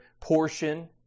portion